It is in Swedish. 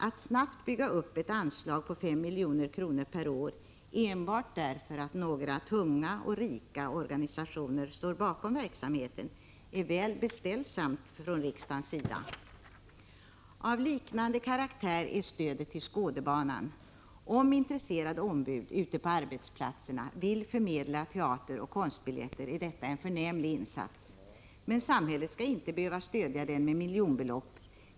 Att snabbt bygga upp ett anslag på 5 milj.kr. per år enbart därför att några tunga och rika organisationer står bakom verksamheten är väl beställsamt från riksdagens sida. Av liknande karaktär är stödet till Skådebanan. Om intresserade ombud ute på arbetsplatserna vill förmedla teateroch konstbiljetter är detta en förnämlig insats, men samhället skall inte behöva stödja den med miljonbelopp.